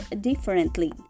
differently